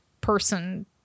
person